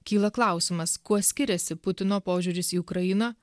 kyla klausimas kuo skiriasi putino požiūris į ukrainą